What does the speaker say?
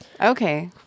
Okay